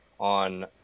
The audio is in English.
on